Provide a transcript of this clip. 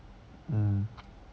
mm